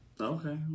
Okay